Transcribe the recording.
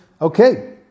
okay